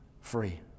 free